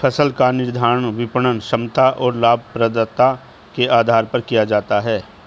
फसल का निर्धारण विपणन क्षमता और लाभप्रदता के आधार पर किया जाता है